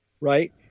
right